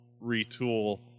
retool